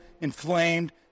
inflamed